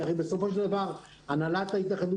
כי הרי בסופו של דבר בהנהלת ההתאחדות